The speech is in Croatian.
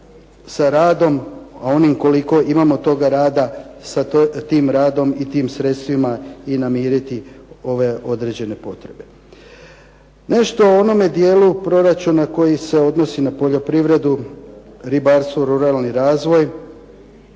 sa radom, onim koliko imamo toga rada, sa tim radom i tim sredstvima i namiriti ove određene potrebe. Nešto o onome dijelu proračuna koji se odnosi na poljoprivredu, ribarstvo, ruralni razvoj.